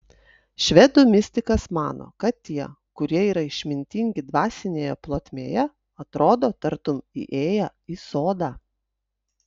švedų mistikas mano kad tie kurie yra išmintingi dvasinėje plotmėje atrodo tartum įėję į sodą